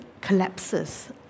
collapses